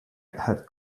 had